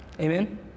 Amen